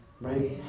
Right